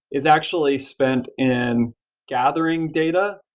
is actually spent in gathering data,